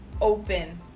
open